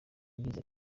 yagize